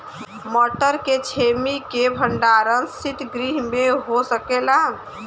मटर के छेमी के भंडारन सितगृह में हो सकेला?